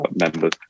members